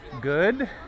Good